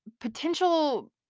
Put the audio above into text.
potential